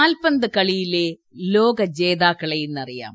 കാൽപന്ത് കളിയിലെ ലോക ജേതാക്കളെ ഇന്നറിയാം